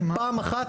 פעם אחת?